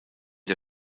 der